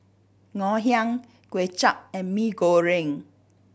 Ngoh Hiang Kuay Chap and Mee Goreng